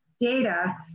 data